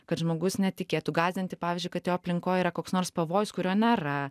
kad žmogus netikėtų gąsdinti pavyzdžiui kad jo aplinkoj yra koks nors pavojus kurio nėra